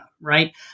right